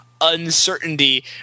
uncertainty